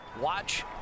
Watch